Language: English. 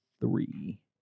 three